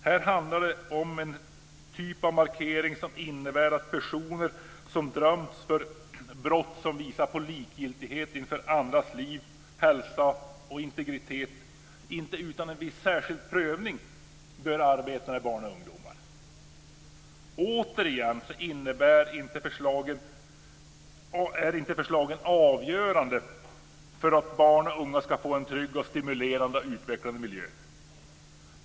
Här handlar det om en typ av markering som innebär att personer som dömts för brott som visar på likgiltighet inför andras liv, hälsa och integritet inte utan en viss särskild prövning bör arbeta med barn och ungdomar. Återigen är förslagen inte avgörande för att barn och unga ska få en trygg, stimulerande och utvecklande miljö.